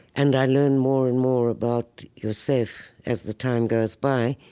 and i learn more and more about yusef, as the time goes by,